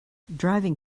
driving